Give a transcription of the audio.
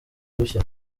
udushya